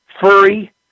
furry